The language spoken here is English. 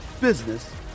business